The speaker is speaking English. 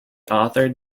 authored